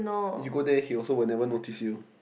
you go there he also will never notice you